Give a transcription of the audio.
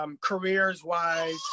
careers-wise